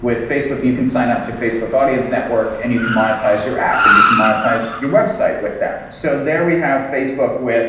with facebook, you can sign up to facebook audience network and you can monetize your app and you can monetize your website with them. so there we have facebook with